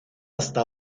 hasta